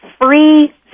Free